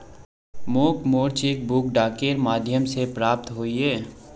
मोक मोर cheque book डाकेर माध्यम से प्राप्त होइए